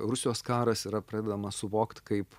rusijos karas yra pradedamas suvokt kaip